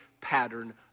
pattern